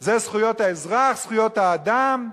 זה זכויות האזרח, זכויות האדם.